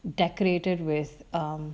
decorated with um